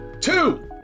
two